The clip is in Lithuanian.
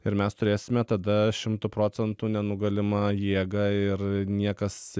ir mes turėsime tada šimtu procentų nenugalimą jėgą ir niekas